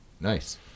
Nice